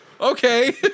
Okay